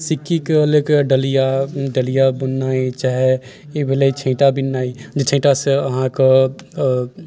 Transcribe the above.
सिक्कीके लऽके डलिया डलिआ बुननाइ चाहे ई भेलै छिटा बिननाइ जे छिटा से अहाँकेँ